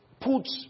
put